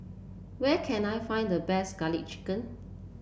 where can I find the best garlic chicken